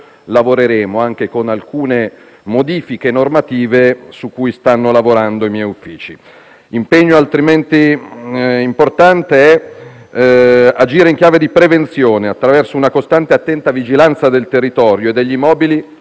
lavoreremo anche con alcune modifiche normative alle quali stanno lavorando i miei uffici. L'impegno parimenti importante è agire in chiave di prevenzione, attraverso una costante e attenta vigilanza del territorio e degli immobili